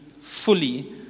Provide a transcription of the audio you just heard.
fully